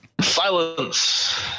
Silence